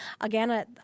Again